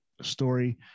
story